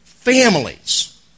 Families